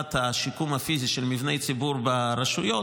לטובת השיקום הפיזי של מבני ציבור ברשויות,